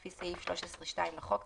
לפי סעיף 13(2) לחוק,